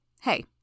Hey